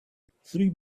three